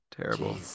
terrible